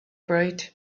bright